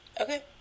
Okay